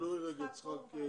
תעלו את יצחק בורבא.